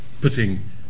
putting